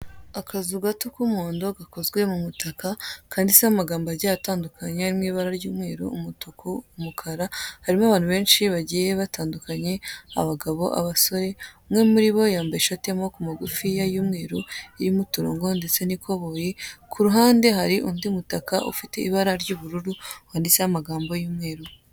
Akazu gato ku muhondo, gakozwe mu mutaka kanditseho amagambo agiye atandukanye, ari mu ibara ry'umweru, umutuku, umukara, harimo abantu benshi bagiye batandukanye, abagabo, abasore, umwe muri bo yambaye ishati y'amaboko magufiya y'umweru irimo uturango ndetse n'ikoboyi, ku ruhande hari undi mutaka ufite ibara ry'ubururu, wanditseho amagambo y'umweru.